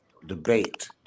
debate